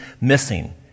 missing